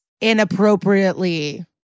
inappropriately